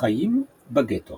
החיים בגטו